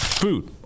Food